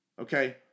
Okay